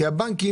כי הבנקים,